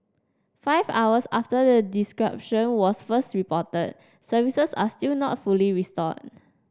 five hours after the disruption was first reported services are still not fully restored